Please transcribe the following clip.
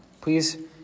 please